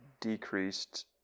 decreased